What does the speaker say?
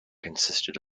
consisted